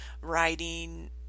writing